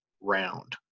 round